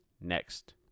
next